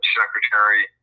secretary